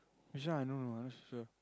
which one I know I not so sure